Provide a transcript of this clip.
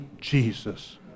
Jesus